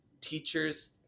teachers